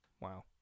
Wow